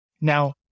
Now